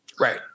Right